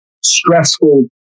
stressful